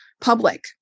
public